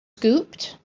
scooped